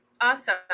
Awesome